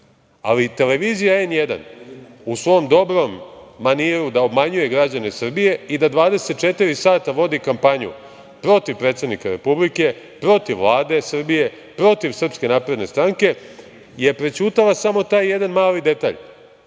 ali televizija N1 u svom dobrom maniru da obmanjuje građane Srbije i da 24 sata vodi kampanju protiv predsednika Republike, protiv Vlade Srbije, protiv SNS je prećutala samo taj jedan mali detalj,